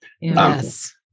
Yes